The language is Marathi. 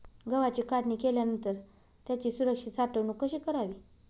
गव्हाची काढणी केल्यानंतर त्याची सुरक्षित साठवणूक कशी करावी?